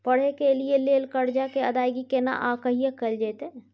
पढै के लिए लेल कर्जा के अदायगी केना आ कहिया कैल जेतै?